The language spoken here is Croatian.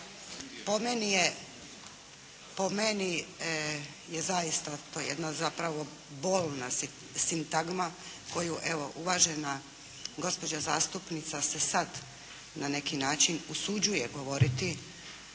po meni je zaista to jedna zapravo bolna sintagma koju evo, uvažena gospođa zastupnica se sada na neki način usuđuje govoriti